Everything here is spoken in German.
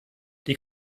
die